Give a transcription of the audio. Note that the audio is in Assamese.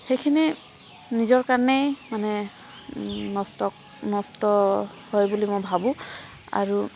সেইখিনি নিজৰ কাৰণেই মানে নষ্ট নষ্ট হয় বুলি মই ভাবোঁ আৰু